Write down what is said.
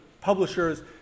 publishers